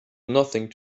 nothing